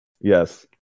Yes